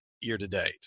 year-to-date